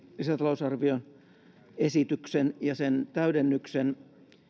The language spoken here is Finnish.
lisätalousarvioesityksen ja sen täydennyksen